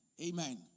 Amen